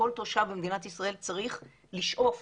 כל תושב צריך לשאוף